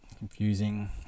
Confusing